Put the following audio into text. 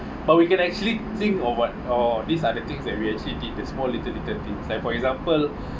but we can actually think or what or these are the things that we actually did the small little little things like for example